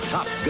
Top